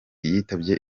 yitabye